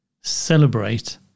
celebrate